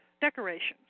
decorations